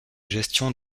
gestion